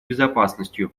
безопасностью